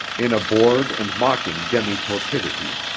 in a bored and mocking demi-torpidity.